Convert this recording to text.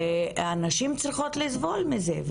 והנשים צריכות לסבול מזה.